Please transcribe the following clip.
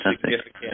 significant